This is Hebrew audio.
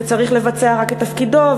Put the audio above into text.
וצריך לבצע רק את תפקידו,